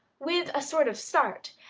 with a sort of start,